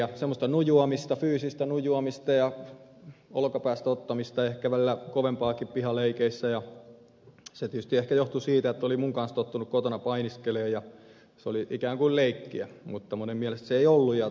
semmoista nujuamista fyysistä nujuamista ja olkapäästä ottamista ehkä välillä kovempaakin pihaleikeissä ja se tietysti ehkä johtui siitä että oli minun kanssani tottunut kotona painiskelemaan ja se oli ikään kuin leikkiä mutta monen mielestä se ei ollut